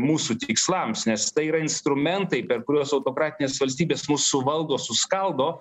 mūsų tikslams nes tai yra instrumentai per kuriuos autokratinės valstybės mus suvaldo suskaldo